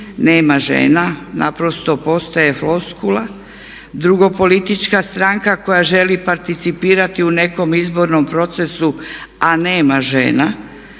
nema žena naprosto postaje floskula, drugo politička stranka koja želi participirati u nekom izbornom procesu a nema žena